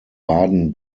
baden